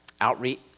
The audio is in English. Outreach